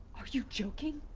are you joking?